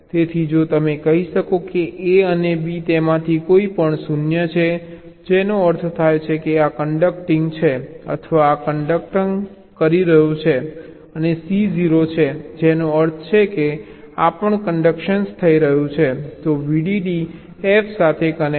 તેથી જો તમે કહી શકો કે a અને b તેમાંથી કોઈપણ 0 છે જેનો અર્થ થાય છે કે આ કંડક્ટિંગ છે અથવા આ કન્ડક્ટ કરી રહ્યું છે અને c 0 છે જેનો અર્થ છે કે આ પણ કંડક્ટ કરી રહ્યું છે તો VDD f સાથે કનેક્ટ થશે